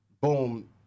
Boom